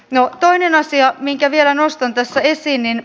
no toinen asia minkä vielä nostan tässä esiin